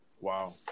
Wow